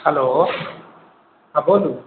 hello हँ बोलू